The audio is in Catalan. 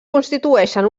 constitueixen